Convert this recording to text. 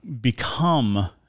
become